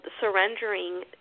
surrendering